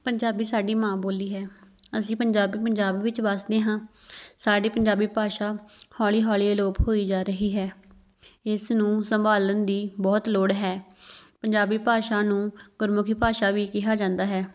ਪੰਜਾਬੀ ਸਾਡੀ ਮਾਂ ਬੋਲੀ ਹੈ ਅਸੀਂ ਪੰਜਾਬੀ ਪੰਜਾਬ ਵਿੱਚ ਵੱਸਦੇ ਹਾਂ ਸਾਡੀ ਪੰਜਾਬੀ ਭਾਸ਼ਾ ਹੌਲੀ ਹੌਲੀ ਅਲੋਪ ਹੋਈ ਜਾ ਰਹੀ ਹੈ ਇਸ ਨੂੰ ਸੰਭਾਲਣ ਦੀ ਬਹੁਤ ਲੋੜ ਹੈ ਪੰਜਾਬੀ ਭਾਸ਼ਾ ਨੂੰ ਗੁਰਮੁਖੀ ਭਾਸ਼ਾ ਵੀ ਕਿਹਾ ਜਾਂਦਾ ਹੈ